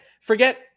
forget